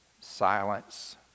silence